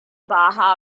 baja